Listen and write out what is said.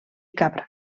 cabra